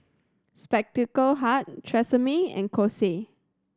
Spectacle Hut Tresemme and Kose